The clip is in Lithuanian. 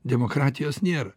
demokratijos nėra